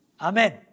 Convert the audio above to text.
Amen